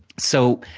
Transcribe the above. so,